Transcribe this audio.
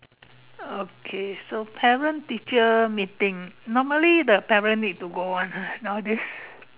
okay so parent teacher meeting normally the parent need to go [one] ah nowadays